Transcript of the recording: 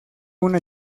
una